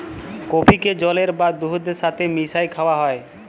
কফিকে জলের বা দুহুদের ছাথে মিশাঁয় খাউয়া হ্যয়